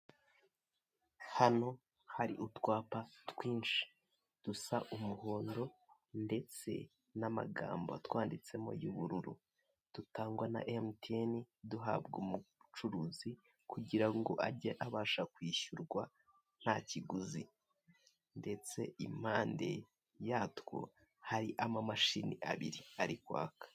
Hano hari utwapa twinshi dusa umuhondo ndetse n'amagambo atwanditsemo y'ubururu dutangwa na emutiyene duhabwa umucuruzi kugira ngo age abasha kwishyurwa ntakiguzi, ndetse impande yatwo hari amamashini abiri ari kwaka.